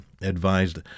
advised